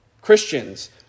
Christians